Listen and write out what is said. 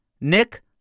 Nick